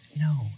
no